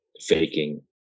faking